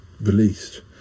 released